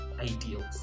ideals